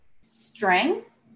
strength